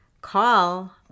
call